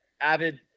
avid